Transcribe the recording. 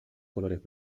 colores